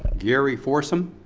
gary forzan?